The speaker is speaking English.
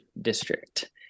district